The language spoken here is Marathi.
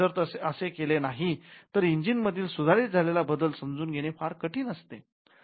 जर असे केले नाही तर इंजिन मधील सुधारित झालेला बदल समजुन घेणे फार कठीण असते